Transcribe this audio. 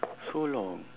so long